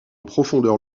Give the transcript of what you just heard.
profondeur